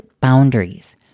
boundaries